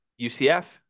UCF